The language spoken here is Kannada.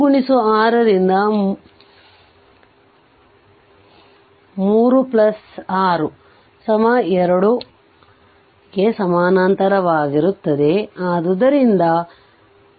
3 6 3 6 2 Ω ಗೆ ಸಮಾನಾಂತರವಾಗಿರುತ್ತದೆ